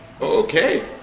Okay